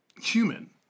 human